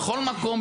בכל מקום,